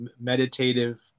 Meditative